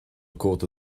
cóta